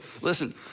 listen